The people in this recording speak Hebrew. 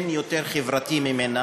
אין יותר חברתי ממנה.